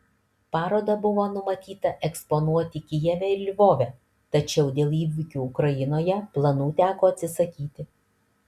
parodą buvo numatyta eksponuoti kijeve ir lvove tačiau dėl įvykių ukrainoje planų teko atsisakyti